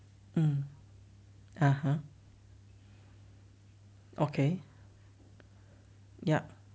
mm (uh huh) okay yup